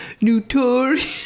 notorious